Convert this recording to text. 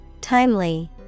Timely